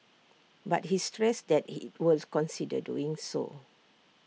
but he stressed that IT was consider doing so